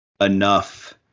enough